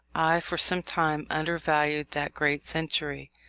i for some time undervalued that great century,